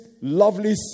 lovely